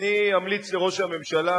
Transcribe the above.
אני אמליץ לראש הממשלה,